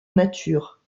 nature